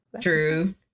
True